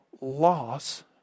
loss